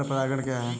पर परागण क्या है?